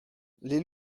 les